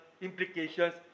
implications